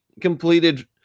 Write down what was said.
completed –